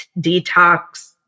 detox